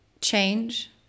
change